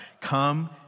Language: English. Come